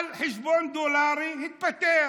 על חשבון דולרים התפטר.